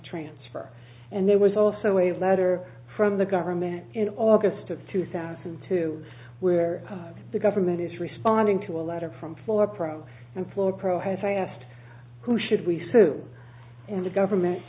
transfer and there was also a letter from the government in august of two thousand two where the government is responding to a letter from four pro and four pro has i asked who should we sue and the government